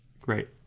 Great